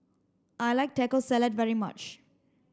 I like Taco Salad very much